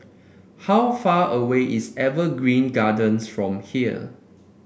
how far away is Evergreen Gardens from here